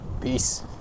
Peace